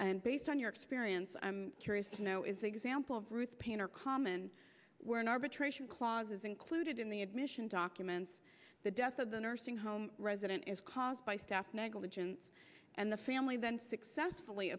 and based on your experience i'm curious to know is the example of ruth paine or common where an arbitration clauses included in the admission documents the death of the nursing home resident is caused by staff negligence and the family then successfully